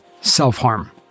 Self-harm